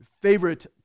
favorite